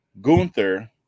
Gunther